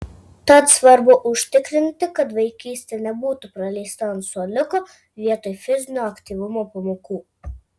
tad svarbu užtikrinti kad vaikystė nebūtų praleista ant suoliuko vietoj fizinio aktyvumo pamokų